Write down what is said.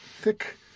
thick